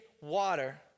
water